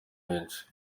menshi